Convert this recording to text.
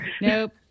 nope